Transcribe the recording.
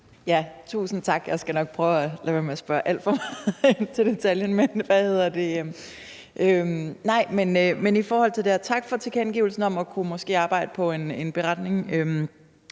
Tusind tak. Jeg skal nok prøve at lade være med at spørge alt for meget ind til detaljerne, men tak for tilkendegivelsen om måske at kunne arbejde på en beretning.